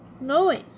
noise